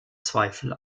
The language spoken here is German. zweifel